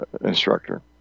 instructor